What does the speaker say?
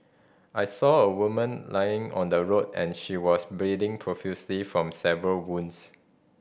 I saw a woman lying on the road and she was bleeding profusely from several wounds